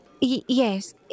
Yes